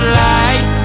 light